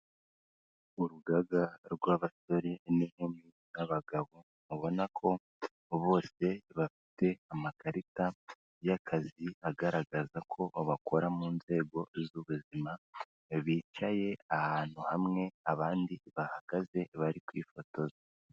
Urugaga rw'abasore n'inkumi n'abagabo ubona ko bose bafite amakarita y'akazi agaragaza ko bakora mu nzego z'ubuzima, bicaye ahantu hamwe abandi bahagaze bari kwifotoza.